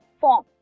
form